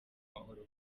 mahoro